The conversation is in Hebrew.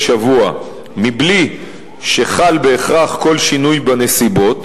שבוע מבלי שחל בהכרח כל שינוי בנסיבות,